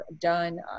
done